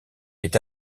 est